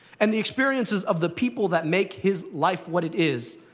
and the experiences of the people that make his life what it is,